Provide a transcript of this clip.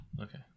Okay